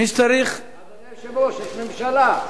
אדוני היושב-ראש, יש ממשלה.